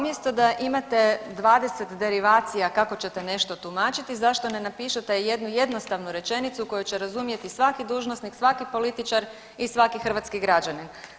Pa umjesto da imate 20 derivacija kako ćete nešto tumačiti, zašto ne napišete jednu jednostavnu rečenicu koju će razumjeti svaki dužnosnik, svaki političar i svaki hrvatski građanin.